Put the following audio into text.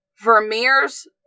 vermeer's